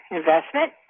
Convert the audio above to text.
investment